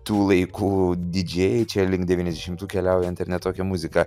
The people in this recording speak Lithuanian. tų laikų didžėjai čia link devyniasdešimtų keliaujant ar ne tokią muziką